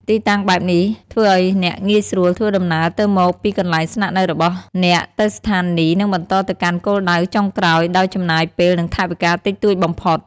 ទីតាំងបែបនេះធ្វើឱ្យអ្នកងាយស្រួលធ្វើដំណើរទៅមកពីកន្លែងស្នាក់នៅរបស់អ្នកទៅស្ថានីយ៍ និងបន្តទៅកាន់គោលដៅចុងក្រោយដោយចំណាយពេល និងថវិកាតិចតួចបំផុត។